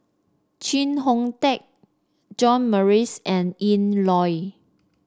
Chee Hong Tat John Morrice and Ian Loy